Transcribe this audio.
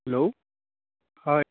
hello হয়